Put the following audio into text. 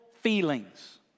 feelings